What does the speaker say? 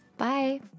Bye